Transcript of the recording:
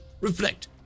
reflect